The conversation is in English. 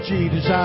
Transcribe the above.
Jesus